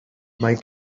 mae